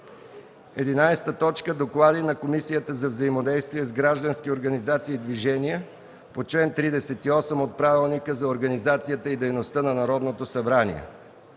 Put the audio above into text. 11. Доклади на Комисията за взаимодействие с граждански организации и движения по чл. 38 от Правилника за организацията и дейността на Народното събрание.